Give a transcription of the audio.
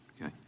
Okay